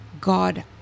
God